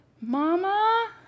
mama